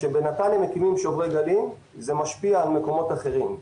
כשבנתניה מקימים שוברי גלים זה משפיע על מקומות אחרים,